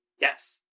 Yes